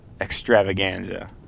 extravaganza